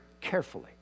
carefully